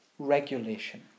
regulation